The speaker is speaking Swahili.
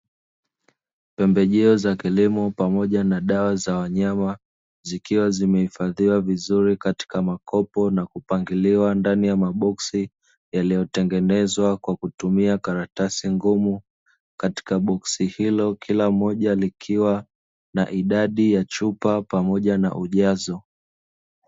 pembejeo za kilimo pamoja na dawa za wanyama zikiwa zimehifadhiwa vizuri katika makopo na kupakiliwa ndani ya maboksi yaliyotengenezwa kwa kutumia karatasi ngumu, katika boksi hilo kila mmoja likiwa na idadi ya chupa pamoja na ujazo.